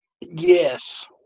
yes